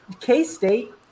K-State